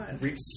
reach